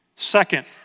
Second